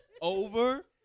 Over